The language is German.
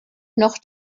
noch